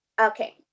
Okay